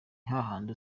hahandi